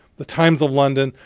the times of london,